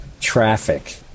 traffic